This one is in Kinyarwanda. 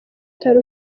utari